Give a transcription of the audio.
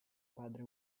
padre